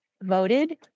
voted